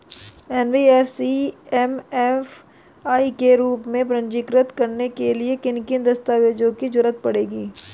NBFC MFI के रूप में पंजीकृत कराने के लिए किन किन दस्तावेजों की जरूरत पड़ेगी?